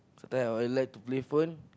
sometime I'll like to play phone